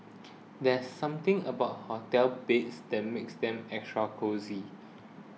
there's something about hotel beds that makes them extra cosy